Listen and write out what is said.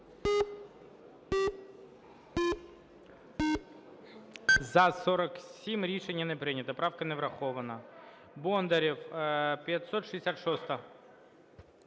За-47 Рішення не прийнято. Правка не врахована. Бондарєв, 566-а.